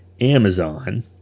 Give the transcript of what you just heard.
Amazon